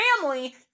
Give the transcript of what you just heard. family